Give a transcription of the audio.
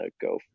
go